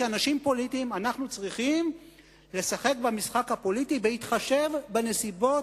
כאנשים פוליטיים אנחנו צריכים לשחק במשחק הפוליטי בהתחשב בנסיבות,